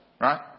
right